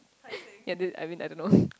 ya then I mean I don't know